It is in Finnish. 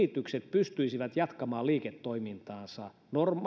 pystyisivät jatkamaan liiketoimintaansa mahdollisimman